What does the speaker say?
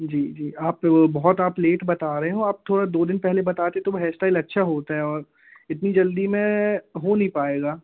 जी जी आप बहुत आप लेट बता रहे हो आप थोड़ा दो दिन पहले बताते तो हेयर स्टाइल अच्छा होता है और इतनी जल्दी में हो नहीं पाएगा